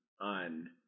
on